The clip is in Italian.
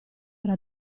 era